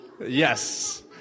Yes